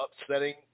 upsetting